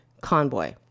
convoy